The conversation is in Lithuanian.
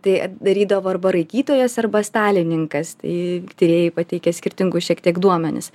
tai darydavo arba raikytojas arba stalininkas tai tyrėjai pateikia skirtingus šiek tiek duomenis